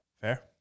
Fair